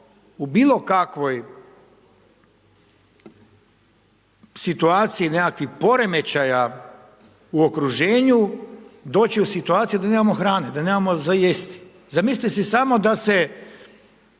u bilo kakvoj situaciji nekakvih poremećaja u okruženju doći u situaciju da nemamo hrane, da nemamo za jesti. Zamislite si samo da se